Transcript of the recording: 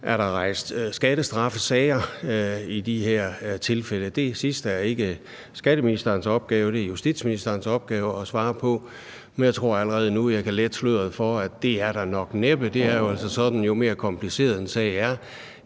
der er rejst skattestraffesager i de her tilfælde? Det sidste er ikke skatteministerens opgave, det er justitsministers opgave at svare på. Jeg tror allerede nu, at jeg kan løfte sløret for, at det er der nok næppe. Det er altså sådan, at jo mere kompliceret en sag er,